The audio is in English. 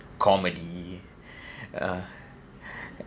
comedy uh